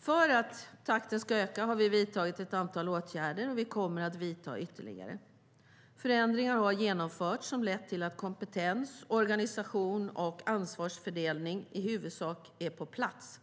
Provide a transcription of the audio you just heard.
För att takten ska öka har vi vidtagit ett antal åtgärder, och vi kommer att vidta ytterligare. Förändringar har genomförts som lett till att kompetens, organisation och ansvarsfördelning i huvudsak är på plats.